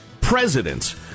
presidents